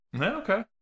okay